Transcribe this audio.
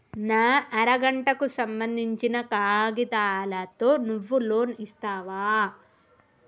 నా అర గంటకు సంబందించిన కాగితాలతో నువ్వు లోన్ ఇస్తవా?